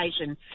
education